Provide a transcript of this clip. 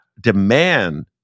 demand